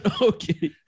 Okay